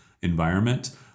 environment